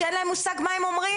שאין להם מושג מה הם אומרים.